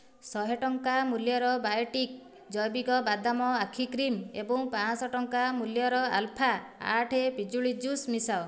ଶହେ ଟଙ୍କା ମୂଲ୍ୟର ବାୟୋଟିକ୍ ଜୈବିକ ବାଦାମ ଆଖି କ୍ରିମ୍ ଏବଂ ପାଞ୍ଚ ଶହ ଟଙ୍କା ମୂଲ୍ୟର ଆଲଫା ଆଠ ପିଜୁଳି ଜୁସ୍ ମିଶାଅ